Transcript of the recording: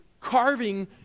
carving